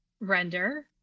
render